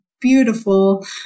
beautiful